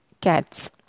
cats